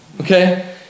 okay